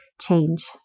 change